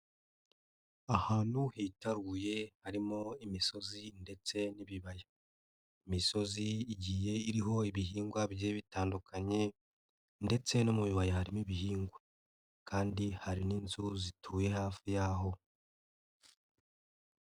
Ahantu hitaruye harimo imisozi ndetse n'ibibaya, imisozi igiye iriho ibihingwa bigiye bitandukanye ndetse no mu bibaya harimo ibihingwa, kandi hari n'inzu zituye hafi y'aho.